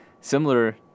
similar